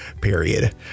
period